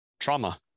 Trauma